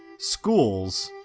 schools,